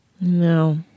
No